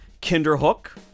Kinderhook